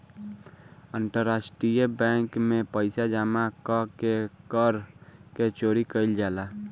अंतरराष्ट्रीय बैंक में पइसा जामा क के कर के चोरी कईल जाला